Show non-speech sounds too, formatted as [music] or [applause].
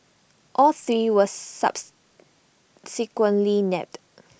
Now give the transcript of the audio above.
all three was [unintelligible] nabbed